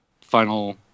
final